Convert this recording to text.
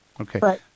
Okay